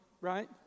right